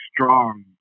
strong